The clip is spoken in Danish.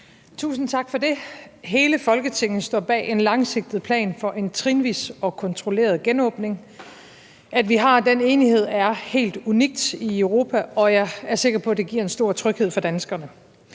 Tusind tak for det. Hele Folketinget står bag en langsigtet plan for en trinvis og kontrolleret genåbning. At vi har den enighed, er helt unikt i Europa, og jeg er sikker på, at det giver en stor tryghed for danskerne.